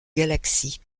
galaxies